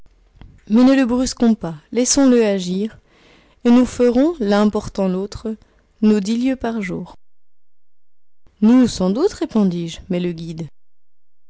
mais ne le brusquons pas laissons-le agir et nous ferons l'un portant l'autre nos dix lieues par jour nous sans doute répondis-je mais le guide